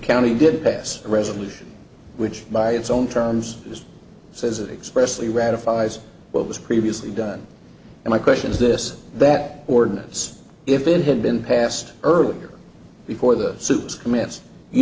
county did pass a resolution which by its own terms just says it expressively ratifies what was previously done and my question is this that ordinance if it had been passed earlier before the